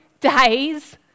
days